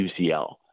UCL